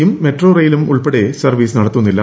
യും മെട്രോറെയിലും ഉൾപ്പെടെ സർവ്വീസ് നടത്തുന്നില്ല